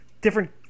different